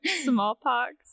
smallpox